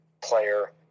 player